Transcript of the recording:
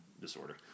disorder